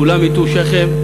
כולם הטו שכם,